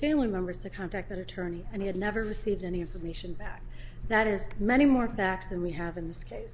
family members to contact an attorney and he had never received any information back that is many more facts than we have in this case